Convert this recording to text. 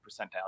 percentile